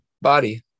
body